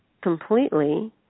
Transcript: completely